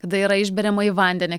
kada yra išberiama į vandenį